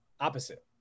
Opposite